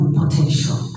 potential